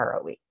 ROE